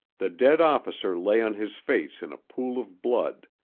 the dead officer lay on his face in a pool of blood,